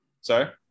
Sorry